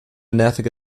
nervige